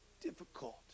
difficult